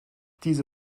diese